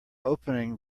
opening